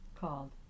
called